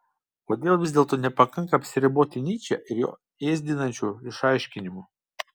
kodėl vis dėlto nepakanka apsiriboti nyče ir jo ėsdinančiu išaiškinimu